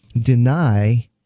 deny